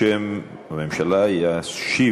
בשם הממשלה ישיב